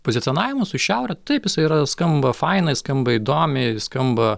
pozicionavimas su šiaure taip jisai yra skamba fainai skamba įdomiai skamba